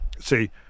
See